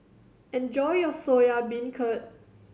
enjoy your Soya Beancurd